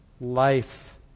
life